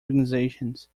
organisations